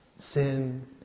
sin